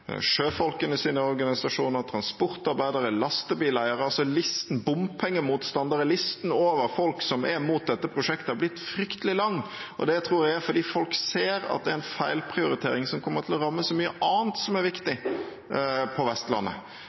listen over folk som er imot dette prosjektet, har blitt fryktelig lang. Det tror jeg er fordi folk ser at det er en feilprioritering som kommer til å ramme så mye annet som er viktig på Vestlandet.